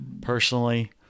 personally